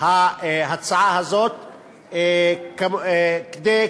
ההצעה הזאת כדי,